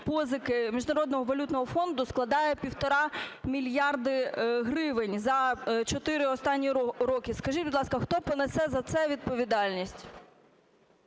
позики Міжнародного валютного фонду, складає 1,5 мільярда гривень за 4 останні роки. Скажіть, будь ласка, хто понесе за це відповідальність?